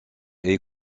est